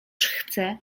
chcę